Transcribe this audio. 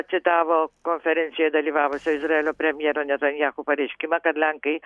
citavo konferencijoj dalyvavusio izraelio premjero netanyahu pareiškimą kad lenkai